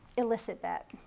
elicit that.